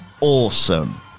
awesome